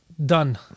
Done